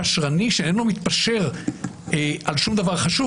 פשרני שאינו מתפשר על שום דבר חשוב,